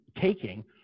taking